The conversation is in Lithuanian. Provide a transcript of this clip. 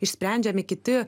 išsprendžiami kiti